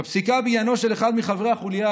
בפסיקה בעניינו של אחד מחברי החוליה,